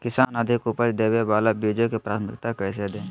किसान अधिक उपज देवे वाले बीजों के प्राथमिकता कैसे दे?